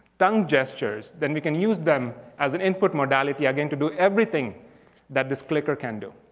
tongue gestures. then we can use them as an input modality again to do everything that this click ah can do.